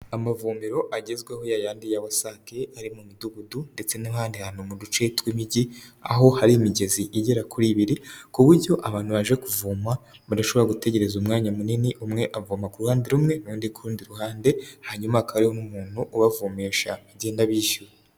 Amavomero agezweho yayandi ya wasake ari mu midugudu ndetse n'ahandi hantu mu duce tw'imijyi aho hari imigezi igera kuri ibiri ku buryo abantu baje kuvoma barashobora gutegereza umwanya munini umwe avoma ku ruhande rumwe n'undi ku rundi ruhande hanyuma akareba nk'umuntu ubavomesha agenda bishyura.